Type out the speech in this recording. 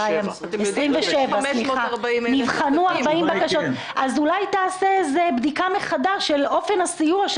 27. אז אולי תעשה איזו בדיקה מחדש את אופן הסיוע ש